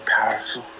powerful